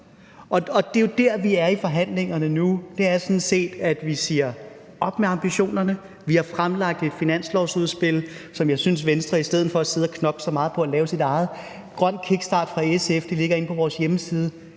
Det er jo der, vi er i forhandlingerne nu. Vi siger: Op med ambitionerne! Vi har fremlagt et finanslovsudspil om en grøn kickstart i SF, som jeg synes at Venstre i stedet for at sidde og knokle så meget på at lave sit eget, kan kopiere. Det ligger inde på vores hjemmeside.